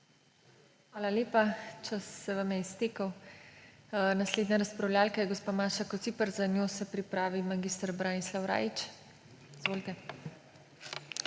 Hvala lepa. Čas se vam je iztekel. Naslednja razpravljavka je gospa Maša Kociper, za njo se pripravi mag. Branislav Rajić. Izvolite.